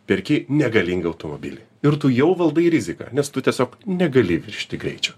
perki negalingą automobilį ir tu jau valdai riziką nes tu tiesiog negali viršyti greičio